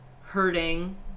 hurting